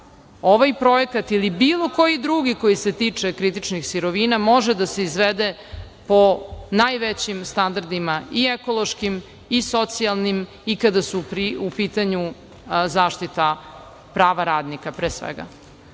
ovaj projekat ili bilo koji drugi koji se tiče kritičnih sirovina može da se izvede po najvećim standardima i ekološkim i socijalnim i kada su u pitanju zaštita prava radnika, pre svega. Tako